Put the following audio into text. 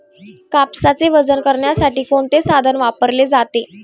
कापसाचे वजन करण्यासाठी कोणते साधन वापरले जाते?